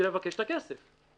לביצוע יתר.